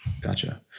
gotcha